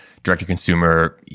direct-to-consumer